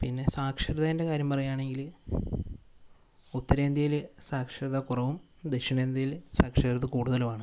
പിന്നെ സാക്ഷരതേൻ്റെ കാര്യം പറയുകയാണെങ്കിൽ ഉത്തരേന്ത്യയിൽ സാക്ഷരത കുറവും ദക്ഷിണേന്ത്യയിൽ സാക്ഷരത കൂടുതലും ആണ്